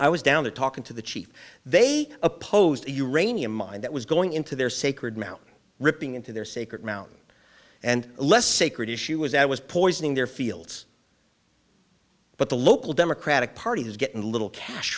i was down to talking to the chief they opposed your ania mind that was going into their sacred mountain ripping into their sacred mountain and less sacred issue was i was poisoning their fields but the local democratic party is getting little cash